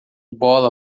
bola